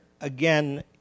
again